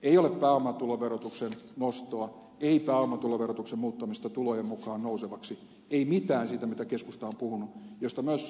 ei ole pääomatuloverotuksen nostoa ei pääomatuloverotuksen muuttamista tulojen mukaan nousevaksi ei mitään siitä mitä keskusta on puhunut ja mistä myös ed